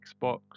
Xbox